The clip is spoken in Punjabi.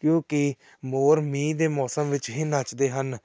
ਕਿਉਂਕਿ ਮੋਰ ਮੀਂਹ ਦੇ ਮੌਸਮ ਵਿੱਚ ਹੀ ਨੱਚਦੇ ਹਨ